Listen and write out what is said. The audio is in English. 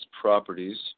properties